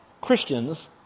Christians